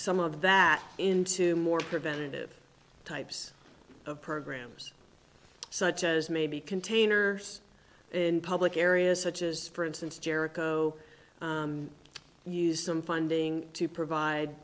some of that into more preventative types of programs such as maybe container in public areas such as for instance jericho use some funding to provide